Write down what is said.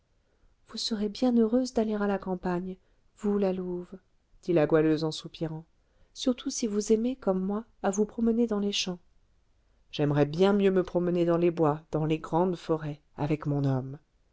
vous serez bien heureuse d'aller à la campagne vous la louve dit la goualeuse en soupirant surtout si vous aimez comme moi à vous promener dans les champs j'aimerais bien mieux me promener dans les bois dans les grandes forêts avec mon homme